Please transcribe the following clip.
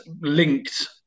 linked